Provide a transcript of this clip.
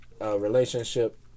relationship